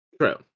True